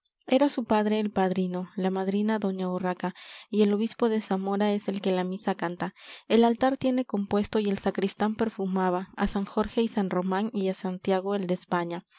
era su padre el padrino la madrina doña urraca y el obispo de zamora es el que la misa canta el altar tiene compuesto y el sacristán perfumaba á san jorge y san román y á santiago el de españa